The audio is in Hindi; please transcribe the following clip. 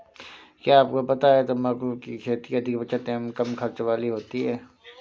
क्या आपको पता है तम्बाकू की खेती अधिक बचत एवं कम खर्च वाली खेती है?